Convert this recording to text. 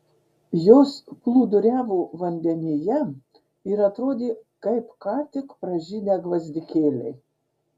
jos plūduriavo vandenyje ir atrodė kaip ką tik pražydę gvazdikėliai